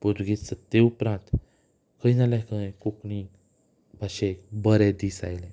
पुर्तुगेज सत्ते उपरांत खंय ना जाल्यार खंय कोंकणी भाशेक बरे दीस आयले